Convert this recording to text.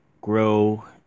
grow